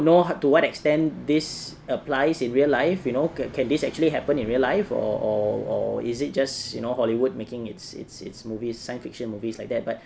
know to what extent this applies in real life you know can this actually happen in real life or or or is it just you know hollywood making its its its movies science fiction movies like that but